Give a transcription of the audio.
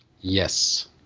Yes